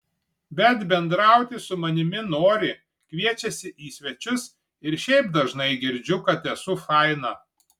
bet bendrauti su manimi nori kviečiasi į svečius ir šiaip dažnai girdžiu kad esu faina